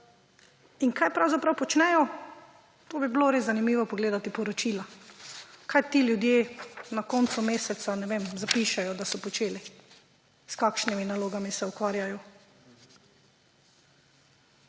In kaj pravzaprav počnejo? To bi bilo res zanimivo pogledati poročila, kaj ti ljudje na koncu meseca zapišejo, da so počeli, s kakšnimi nalogami se ukvarjajo.